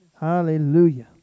Hallelujah